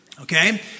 Okay